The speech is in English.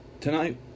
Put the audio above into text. tonight